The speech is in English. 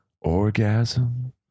orgasm